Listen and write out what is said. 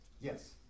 Yes